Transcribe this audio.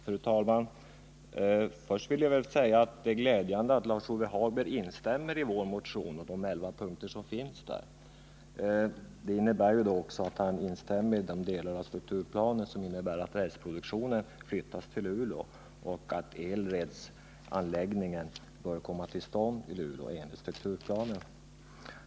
Fru talman! Först vill jag säga att det är glädjande att Lars-Ove Hagberg instämmer i vår motion och de elva punkter som finns i den. Det betyder också att han instämmer i de delar av strukturplanen som innebär att rälsproduktionen flyttas till Luleå och att ELRED-anläggningen bör komma till stånd i Luleå enligt strukturplanen.